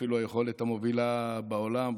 אפילו היכולת המובילה בעולם,